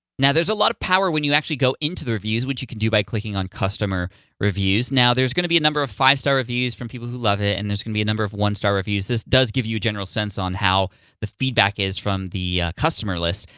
now, there's a lot of power when you actually go into the reviews, which you can do by clicking on customer reviews. now, there's gonna be a number of five star reviews from people who love it, and there's gonna be a number of one star reviews. this does give you a general sense on how the feedback is from the customer list,